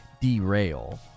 derail